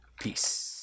Peace